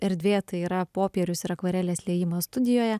erdvė tai yra popierius ir akvarelės liejimas studijoje